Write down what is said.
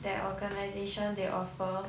that organisation they offer